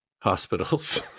hospitals